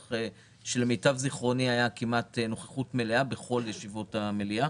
למיטב זיכרוני הייתה נוכחות כמעט מלאה בכל ישיבות המליאה,